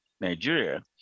Nigeria